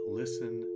listen